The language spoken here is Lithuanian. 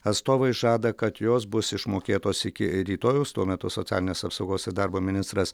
atstovai žada kad jos bus išmokėtos iki rytojaus tuo metu socialinės apsaugos ir darbo ministras